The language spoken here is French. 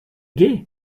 gai